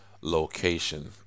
location